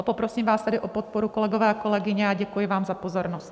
Poprosím vás tedy o podporu, kolegyně a kolegové, a děkuji vám za pozornost.